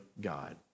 God